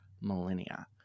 millennia